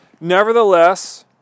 Nevertheless